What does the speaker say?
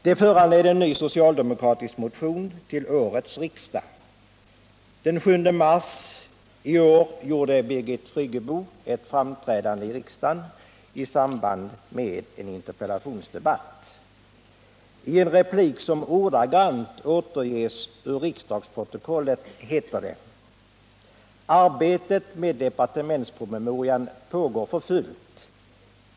Det föranledde en ny socialdemokratisk motion till årets riksdag. Den 7 mars i år gjorde Birgit Friggebo ett framträdande i riksdagen i samband med en interpellationsdebatt. I en replik som ordagrant återges ur riksdagsprotokollet heter det: ”Arbetet med departementspromemorian pågår för fullt.